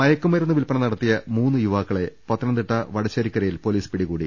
മയക്കുമരുന്ന് വിൽപന നടത്തിയ മൂന്ന് യുവാക്കളെ പത്തനം തിട്ട വടശ്ശേരിക്കരയിൽ പൊലീസ് പിടികൂടി